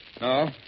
No